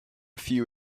few